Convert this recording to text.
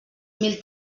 mil